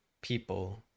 people